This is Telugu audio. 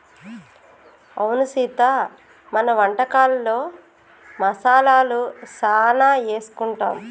అవును సీత మన వంటకాలలో మసాలాలు సానా ఏసుకుంటాం